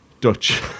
Dutch